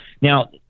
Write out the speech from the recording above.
Now